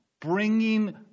bringing